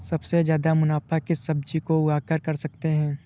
सबसे ज्यादा मुनाफा किस सब्जी को उगाकर कर सकते हैं?